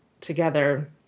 together